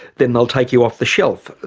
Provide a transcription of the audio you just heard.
then they'll take you off the shelf.